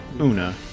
Una